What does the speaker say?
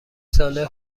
ساله